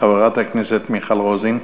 חברת הכנסת מיכל רוזין.